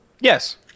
Yes